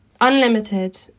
unlimited